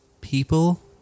people